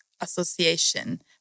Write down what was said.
association